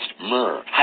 myrrh